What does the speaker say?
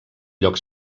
lloc